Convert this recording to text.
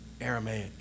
Aramaic